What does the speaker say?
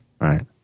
Right